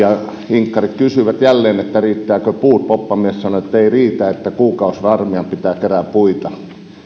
inkkarit kysyivät jälleen riittävätkö puut poppamies sanoi että ei riitä että kuukausi varmaan pitää kerätä puita